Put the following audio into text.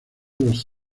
los